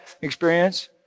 experience